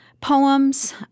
poems